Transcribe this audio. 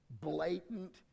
blatant